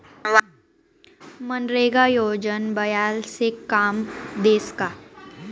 मनरेगा योजना बायास्ले काम देस का?